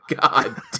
God